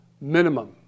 minimum